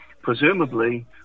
presumably